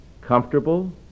comfortable